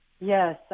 Yes